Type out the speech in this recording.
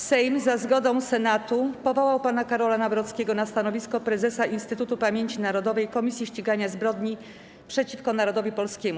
Sejm za zgodą Senatu powołał pana Karola Nawrockiego na stanowisko prezesa Instytutu Pamięci Narodowej - Komisji Ścigania Zbrodni przeciwko Narodowi Polskiemu.